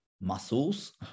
muscles